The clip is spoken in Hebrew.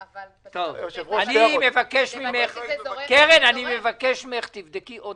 עד ההצבעה אני מבקש שאתם תגידו.